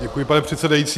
Děkuji, pane předsedající.